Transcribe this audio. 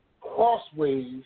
crossways